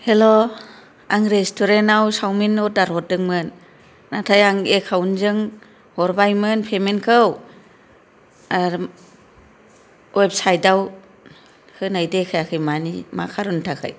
हेल'आं restaurant आव chowmein अरदार हरदोंमोन नाथाय आं एकाउन्ट जों हरबाय मोन पेमेन्ट खौ आर वेबसाइट आव होनाय देखायाखै मानि मा कारननि थाखाय